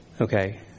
Okay